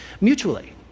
mutually